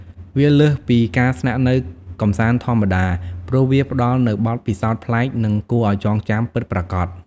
វាលើសពីការស្នាក់នៅកម្សាន្តធម្មតា ព្រោះវាផ្ដល់នូវបទពិសោធន៍ប្លែក និងគួរឱ្យចងចាំពិតប្រាកដ។